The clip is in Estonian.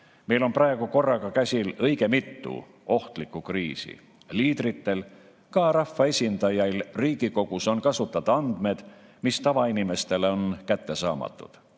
on praegu korraga käsil õige mitu ohtlikku kriisi. Liidritel, ka rahvaesindajail Riigikogus, on kasutada andmed, mis tavainimestele on kättesaamatud.